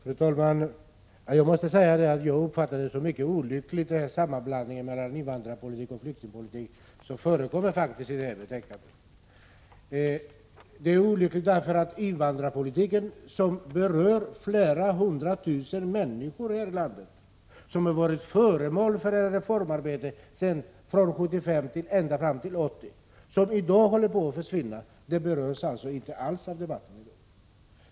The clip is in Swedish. Fru talman! Jag måste säga att jag uppfattar den sammanblandning av invandrarpolitik och flyktingpolitik som förekommer i det här betänkandet som mycket olycklig. Den är olycklig därför att invandrarpolitiken — som berör flera hundra tusen människor här i landet och som mellan 1975 och 1980 har varit föremål för ett reformarbete som i dag håller på att försvinna — inte alls berörs av debatten i dag.